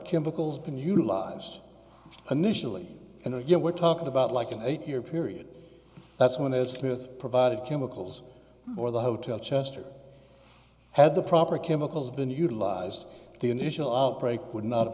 chemicals been utilized initially and again we're talking about like an eight year period that's when is it with provided chemicals or the hotel chester had the proper chemicals been utilized the initial outbreak would not have